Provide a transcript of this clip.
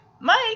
Mike